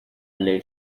lay